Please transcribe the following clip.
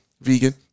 vegan